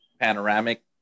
panoramic